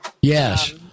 Yes